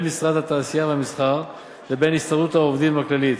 משרד התעשייה והמסחר לבין הסתדרות העובדים הכללית.